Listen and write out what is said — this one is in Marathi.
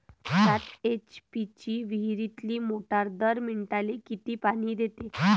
सात एच.पी ची विहिरीतली मोटार दर मिनटाले किती पानी देते?